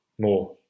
more